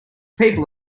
people